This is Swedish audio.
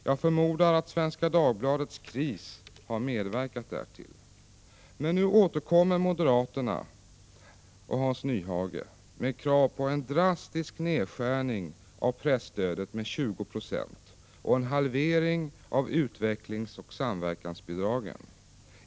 Jag förmodar att Svenska Dagbladets kris har medverkat därtill. Men nu återkommer moderaterna — företrädda av Hans Nyhage — med krav på en drastisk nedskärning av presstödet med 20 960 och en halvering av utvecklingsoch samverkansbidragen.